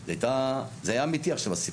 זה היה אמיתי הסיפור.